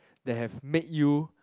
that have made you